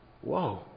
Whoa